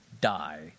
die